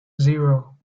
zero